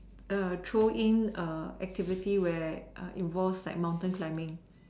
err throw in a activity where err involves like mountain climbing